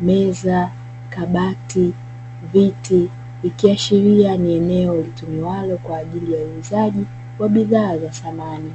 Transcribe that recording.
meza, kabati, viti, ikiashiria ni eneo litumiwalo kwa ajili ya uuzaji wa bidhaa za samani.